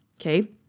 Okay